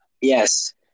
yes